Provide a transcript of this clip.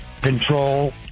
control